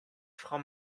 frau